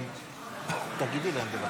מכובדי היושב-ראש,